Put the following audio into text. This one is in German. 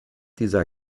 dieser